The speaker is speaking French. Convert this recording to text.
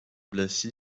blacy